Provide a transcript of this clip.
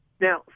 Now